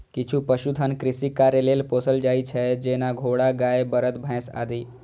किछु पशुधन कृषि कार्य लेल पोसल जाइ छै, जेना घोड़ा, गाय, बरद, भैंस आदि